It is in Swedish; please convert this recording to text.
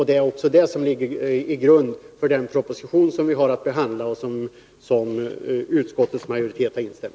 Det är också detta som ligger till grund för den proposition som vi har att behandla och som utskottets majoritet har instämt i.